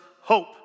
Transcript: hope